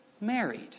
married